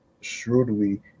shrewdly